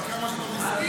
תקרא "מה שטוב לישראל".